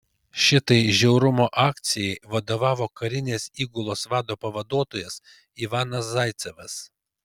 šitai žiaurumo akcijai vadovavo karinės įgulos vado pavaduotojas ivanas zaicevas